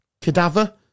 Cadaver